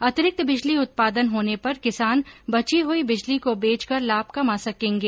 अतिरिक्त बिजली उत्पादन होने पर किसान बची हुई बिजली को बेच कर लाभ कमा सकेंगे